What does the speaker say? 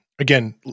Again